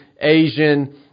Asian